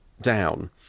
down